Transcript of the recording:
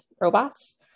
robots